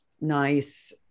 nice